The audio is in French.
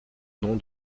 nom